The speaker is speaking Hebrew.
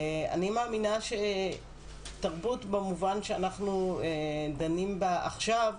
אני מאמינה שתרבות במובן שאנחנו דנים בה עכשיו,